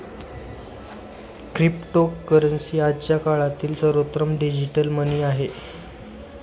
cryptocurrency आजच्या काळातील सर्वोत्तम डिजिटल मनी आहे